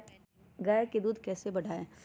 गाय का दूध कैसे बढ़ाये?